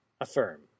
affirm